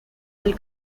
del